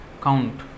count